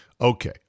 Okay